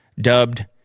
dubbed